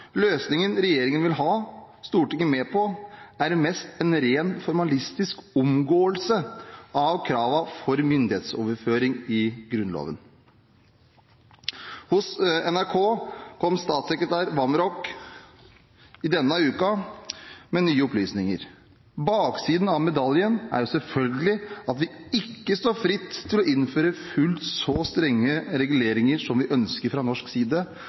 vil ha Stortinget med på, er mest ei rein formalistisk omgåing av krava for myndigheitsoverføring i Grunnlova.» Hos NRK kom statssekretær Vamraak i denne uka med nye opplysninger: «Baksiden av medaljen er selvfølgelig at vi ikke står fritt til å innføre fullt så strenge reguleringer som vi ønsker fra norsk side.»